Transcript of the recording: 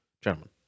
Gentlemen